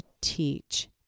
teach